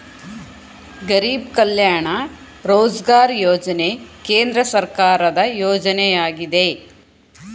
ಗರಿಬ್ ಕಲ್ಯಾಣ ರೋಜ್ಗಾರ್ ಯೋಜನೆ ಕೇಂದ್ರ ಸರ್ಕಾರದ ಯೋಜನೆಯಾಗಿದೆ